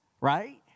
Right